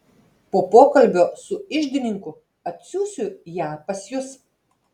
po pokalbio su iždininku atsiųsiu ją pas jus